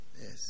Yes